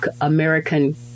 American